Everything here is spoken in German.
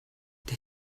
der